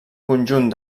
conjunt